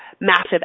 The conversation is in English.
massive